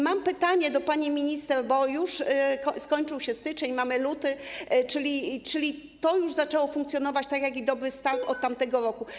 Mam pytanie do pani minister, bo już skończył się styczeń, mamy luty, czyli to już zaczęło funkcjonować, tak jak ˝Dobry start˝ od tamtego roku.